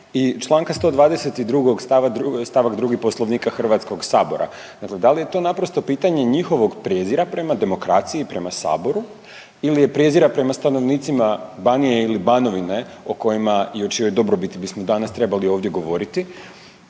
Članka 122. stavak 2. Poslovnika Hrvatskog sabora. Dakle, da li je to naprosto pitanje njihovog prijezira prema demokraciji, prema saboru ili je prijezira prema stanovnicima Banije ili Banovine o kojima i o čijoj dobrobiti bismo danas trebali ovdje govoriti.